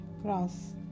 cross